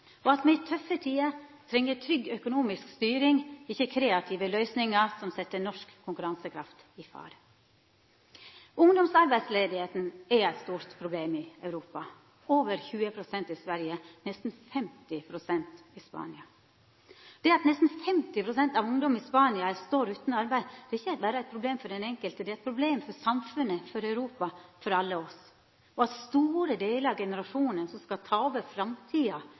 og at me i tøffe tider treng trygg økonomisk styring, ikkje kreative løysingar som set norsk konkurransekraft i fare. Ungdomsarbeidsløysa er eit stort problem i Europa. Ho er på over 20 pst. i Sverige og på nesten 50 pst. i Spania. Det at nesten 50 pst. av ungdommane i Spania står utan arbeid, er ikkje berre eit problem for den einskilde, det er eit problem for samfunnet, for Europa – ja for oss alle. At store delar av den generasjonen som skal